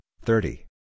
thirty